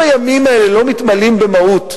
הרי אם הימים האלה לא מתמלאים במהות,